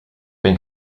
been